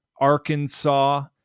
Arkansas